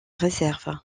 réserve